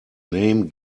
name